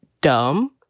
dumb